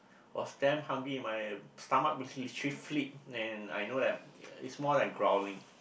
I was damn hungry and my stomach was literally flipped and I know that it's more like growling